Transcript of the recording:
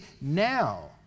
now